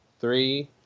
three